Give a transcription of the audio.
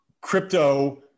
crypto